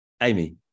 Amy